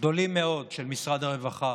גדולים מאוד של משרד הרווחה,